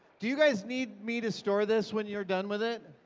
do you guys need me to store this when you're done with it?